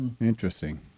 Interesting